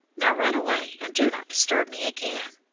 now run away, and do not disturb me again.